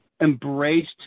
Embraced